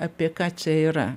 apie ką čia yra